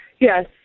Yes